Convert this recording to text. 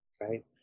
right